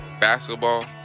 basketball